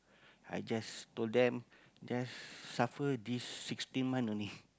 I just told them just suffer this sixteen month only